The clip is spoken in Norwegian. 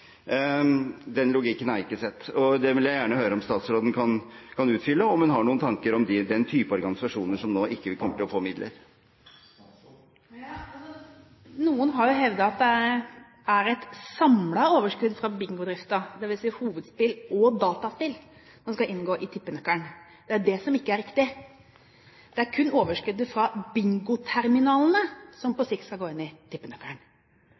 Den logikken har jeg ikke sett. Det vil jeg gjerne høre om statsråden kan utfylle, om hun har noen tanker om den type organisasjoner som nå ikke vil komme til å få midler. Noen har hevdet at det er et samlet overskudd fra bingodriften, dvs. hovedspill og dataspill, som skal inngå i tippenøkkelen. Det er det som ikke er riktig. Det er kun overskuddet fra bingoterminalene som på sikt skal gå inn i tippenøkkelen.